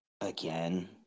again